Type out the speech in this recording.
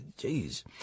Jeez